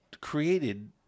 created